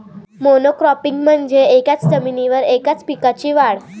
monocropping म्हणजे एकाच जमिनीवर एकाच पिकाची वाढ